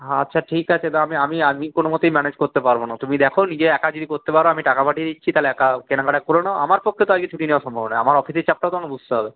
আচ্ছা ঠিক আছে তো আমি আমি আমি কোনও মতেই ম্যানেজ করতে পারব না তুমি দেখো নিজে একা যদি করতে পারো আমি টাকা পাঠিয়ে দিচ্ছি তাহলে একা কেনাকাটা করে নাও আমার পক্ষে তো আজকে ছুটি নেওয়া সম্ভব নয় আমার অফিসের চাপটা তো তোমায় বুঝতে হবে